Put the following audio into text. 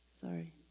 Sorry